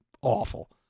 awful